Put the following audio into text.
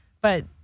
but-